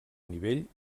nivell